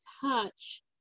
touch